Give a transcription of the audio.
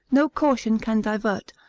no caution can divert,